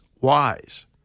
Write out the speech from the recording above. wise